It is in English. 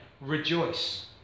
Rejoice